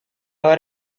would